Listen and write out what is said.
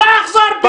לא אחזור בי.